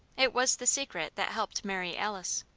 it was the secret that helped mary alice.